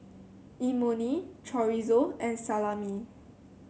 Imoni Chorizo and Salami